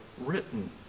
written